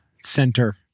center